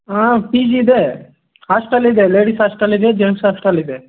ಹಾಂ P G ಇದೆ hostel ಇದೆ ಲೇಡಿಸ್ ಹಾಸ್ಟೆಲ್ ಇದೆ ಜೆಂಟ್ಸ್ ಹಾಸ್ಟೆಲ್ ಇದೆ